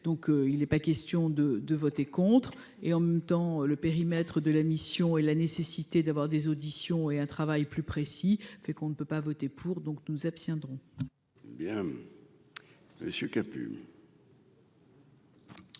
donc il est pas question de de voter contre et en même temps, le périmètre de la mission et la nécessité d'avoir des auditions et un travail plus précis, fait qu'on ne peut pas voter pour, donc, nous nous abstiendrons. Bien monsieur capuche.